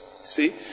See